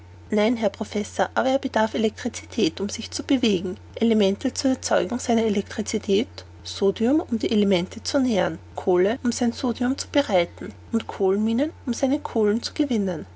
nein herr professor aber er bedarf elektricität um sich zu bewegen elemente zur erzeugung seiner elektricität sodium um die elemente zu nähren kohle um sein sodium zu bereiten und kohlenminen um seine kohlen zu gewinnen